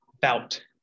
bout